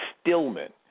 Stillman